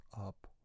up